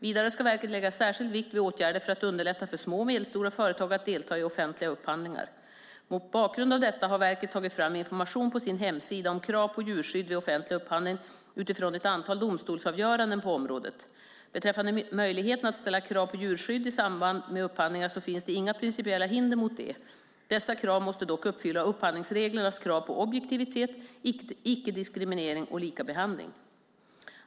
Vidare ska verket lägga särskild vikt vid åtgärder för att underlätta för små och medelstora företag att delta i offentliga upphandlingar. Mot bakgrund av detta har verket tagit fram information på sin hemsida om krav på djurskydd vid offentlig upphandling utifrån ett antal domstolsavgöranden på området. Beträffande möjligheten att ställa krav på djurskydd i samband med upphandlingar finns det inga principiella hinder mot det. Dessa krav måste dock uppfylla upphandlingsreglernas krav på objektivitet, icke-diskriminering och likabehandling.